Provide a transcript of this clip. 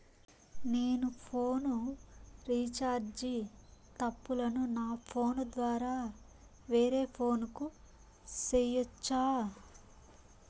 నేను phone recharge తప్పులను నా ఫోను ద్వారా వేరే ఫోను కు సేయొచ్చా?